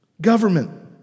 government